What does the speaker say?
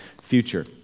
future